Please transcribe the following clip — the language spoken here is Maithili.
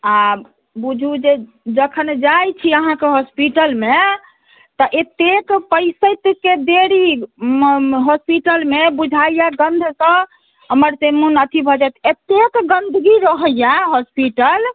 आ बुझू जे जखन जाइ छी अहाँ के हॉस्पिटलमे तऽ एतेक पैसैत देरी हॉस्पिटलमे बुझाइया गंध स हमर जे मोन अथि भऽ जइया एतेक गंदगी रहैया हॉस्पिटल